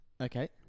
okay